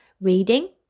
reading